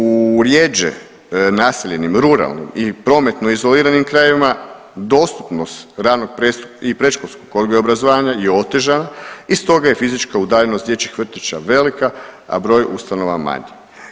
U rjeđe naseljenim, ruralnim i prometno izoliranim krajevima, dostupnost ranog i predškolskog odgoja i obrazovanja je otežan i stoga je fizička udaljenost dječjih vrtića velika, a broj ustanova manji.